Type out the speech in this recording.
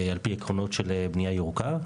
על פי עקרונות של בנייה ירוקה,